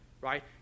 right